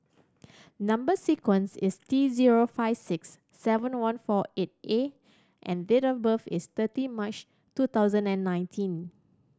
number sequence is T zero five six seven one four eight A and date of birth is thirty March two thousand and nineteen